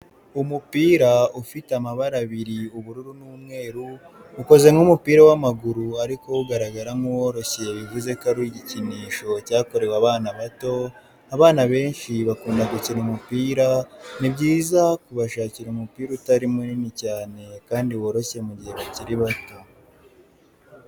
Umupira ufite amabara abiri ubururu n'umweru, ukoze nk'umupira w'amaguru ariko wo ugaragara nk'uworoshye bivuze ko ari igikinisho cyakorewe abana bato, abana benshi bakunda gukina umupira ni byiza kubashakira umupira utari munini cyane kandi woroshye mu gihe bakiri bato.